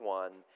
one